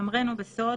ישמרנו בסוד,